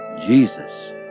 Jesus